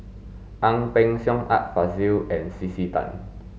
Ang Peng Siong Art Fazil and C C Tan